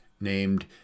named